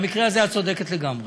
במקרה הזה את צודקת לגמרי.